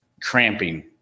cramping